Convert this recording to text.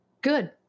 good